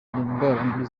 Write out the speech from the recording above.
mbi